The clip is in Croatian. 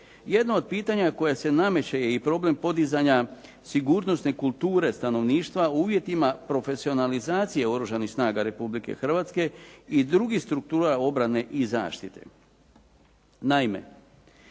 jedno od pitanja koje se nameće je i problem podizanja sigurnosne kulture stanovništva u uvjetima profesionalizacije Oružanih snaga Republike Hrvatske i drugih struktura obrane i zaštite.